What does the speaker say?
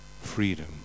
freedom